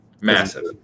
Massive